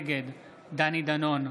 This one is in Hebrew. נגד דני דנון,